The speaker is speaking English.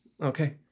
Okay